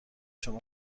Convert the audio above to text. شما